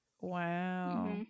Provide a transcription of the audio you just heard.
Wow